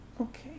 Okay